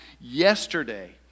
yesterday